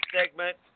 segment